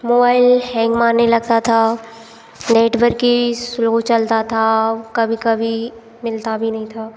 mobile hang मारने लगता था नेटवर्क की स्लो चलता था कभी कभी मिलता भी नहीं था